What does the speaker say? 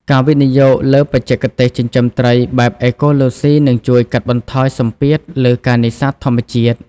ការវិនិយោគលើ បច្ចេកទេសចិញ្ចឹមត្រី បែបអេកូឡូស៊ីនឹងជួយកាត់បន្ថយសម្ពាធលើការនេសាទធម្មជាតិ។